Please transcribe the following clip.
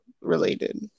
related